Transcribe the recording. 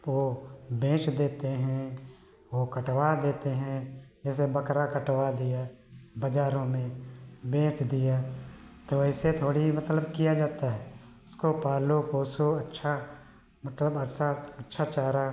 वो बेच देते हैं वो कटवा देते हैं जैसे बकरा कटवा दिया बाज़ारों में बेच दिया तो ऐसे ऐसे थोड़ी मतलब किया जाता है उसको पालो पोसो अच्छा मतलब अच्छा अच्छा चारा